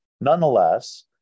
Nonetheless